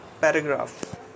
paragraph